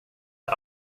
jag